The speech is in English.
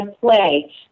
play